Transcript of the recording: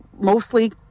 mostly